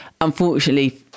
Unfortunately